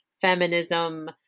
feminism